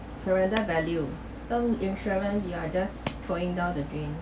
surrender value term insurance you are just throwing down the drain